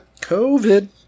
COVID